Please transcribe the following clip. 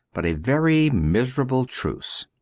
but a very miserable truce.